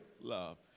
love